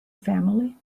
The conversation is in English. family